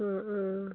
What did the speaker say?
അ ആ